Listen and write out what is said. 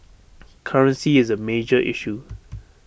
currency is A major issue